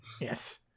Yes